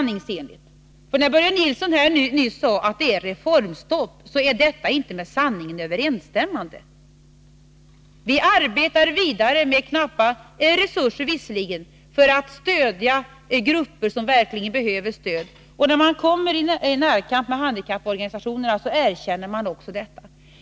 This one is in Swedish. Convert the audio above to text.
När Börje Nilsson nyss sade att det är reformstopp, var detta inte med sanningen överensstämmande. Vi arbetar vidare, visserligen med knappa resurser, för att stödja grupper som verkligen behöver stöd. När man kommer i närkamp med handikapporganisationerna erkänner de också detta.